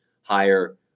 higher